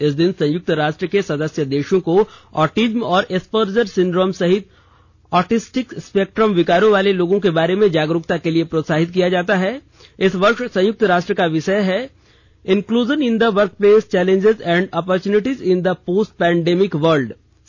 इस दिन संयुक्त राष्ट्र के सदस्य देशों को ऑटिज्म और एस्पर्जर सिंड्रोम सहित ऑटिस्टिक स्पेक्ट्रम विकारों वाले लोगों के बारे में जागरूकता के लिए प्रोत्साहित किया जाता इस वर्ष संयुक्त राष्ट्र का विषय है inclusion in the workplace challenges and है opportunities in a post pandemic world है